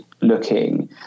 looking